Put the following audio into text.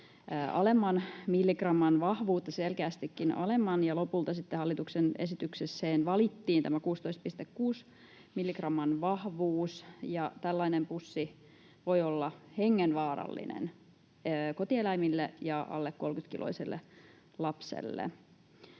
alemman — ja lopulta sitten hallituksen esitykseen valittiin tämä 16,6 milligramman vahvuus. Tällainen pussi voi olla hengenvaarallinen kotieläimille ja alle 30-kiloiselle lapselle.